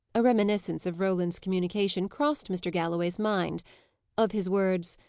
a reminiscence of roland's communication crossed mr. galloway's mind of his words,